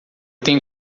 tenho